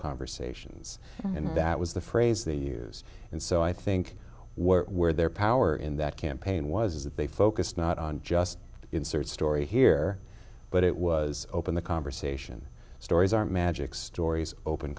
conversations and that was the phrase they use and so i think we're where their power in that campaign was that they focused not on just insert story here but it was open the conversation stories are magic stories open